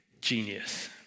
genius